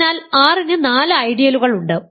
അതിനാൽ R ന് നാല് ഐഡിയലുകൾ ഉണ്ട്